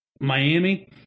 Miami